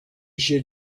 she